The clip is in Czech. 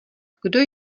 kdo